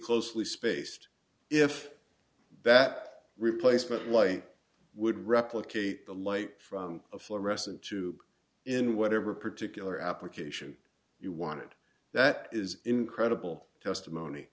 closely spaced if that replacement light would replicate the light from a fluorescent tube in whatever particular application you wanted that is incredible testimony